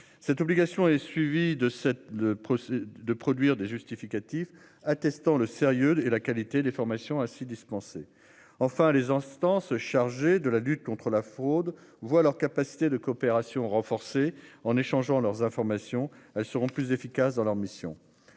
cette obligation est suivi de cette. Le procès de produire des justificatifs attestant le sérieux et la qualité des formations à six dispensés enfin les instances chargées de la lutte contre la fraude voient leur capacité de coopération renforcée en échangeant leurs informations, elles seront plus efficaces dans leur mission.